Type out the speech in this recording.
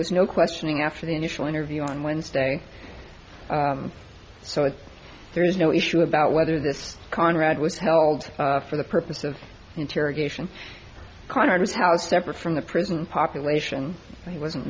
was no questioning after the initial interview on wednesday so there is no issue about whether this conrad was held for the purpose of interrogation con artist how separate from the prison population he wasn't